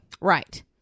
Right